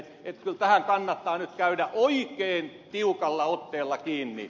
kyllä tähän kannattaa nyt käydä oikein tiukalla otteella kiinni